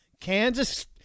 Kansas